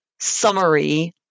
summary